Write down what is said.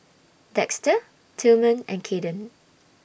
Dexter Tilman and Caiden